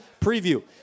preview